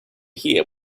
hear